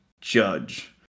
judge